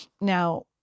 Now